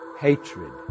hatred